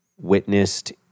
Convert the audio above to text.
witnessed